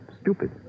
stupid